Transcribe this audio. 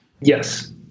Yes